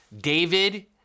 David